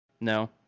no